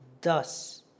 Thus